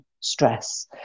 stress